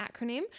acronym